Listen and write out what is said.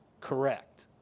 correct